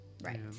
Right